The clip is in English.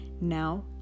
Now